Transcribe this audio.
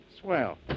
Swell